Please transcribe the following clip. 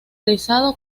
rizado